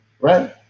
right